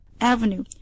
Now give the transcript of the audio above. Avenue